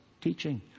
teaching